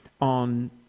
on